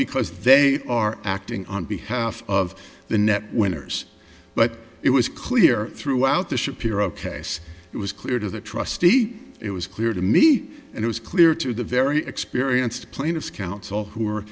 because they are acting on behalf of the net winners but it was clear throughout the shapiro case it was clear to the trustee it was clear to me and it was clear to the very experienced plaintiff's coun